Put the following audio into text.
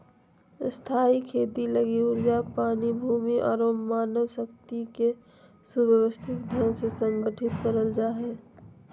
स्थायी खेती लगी ऊर्जा, पानी, भूमि आरो मानव शक्ति के सुव्यवस्थित ढंग से संगठित करल जा हय